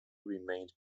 remained